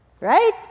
Right